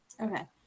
Okay